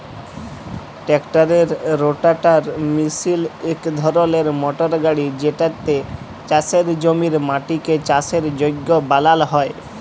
ট্রাক্টারের রোটাটার মিশিল ইক ধরলের মটর গাড়ি যেটতে চাষের জমির মাটিকে চাষের যগ্য বালাল হ্যয়